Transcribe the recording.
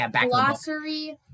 glossary